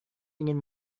ingin